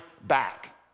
back